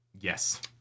Yes